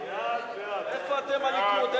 איפה אתם, הליכוד?